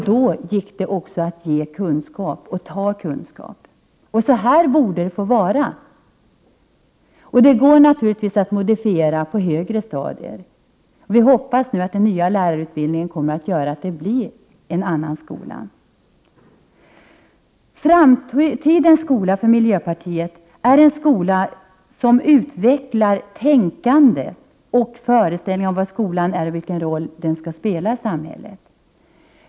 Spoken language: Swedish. Då gick det också att ge kunskap och att ta kunskap. Så här borde det få vara! Det går naturligtvis att modifiera på högre stadier. Vi hoppas att den nya lärarutbildningen kommer att göra att det blir en annan skola. Framtidens skola är för miljöpartiet en skola som utvecklar tänkandet och våra föreställningar om vad skolan är och vilken roll den skall spela i samhället.